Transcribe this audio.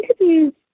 interviews